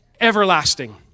everlasting